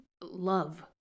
love